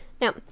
Now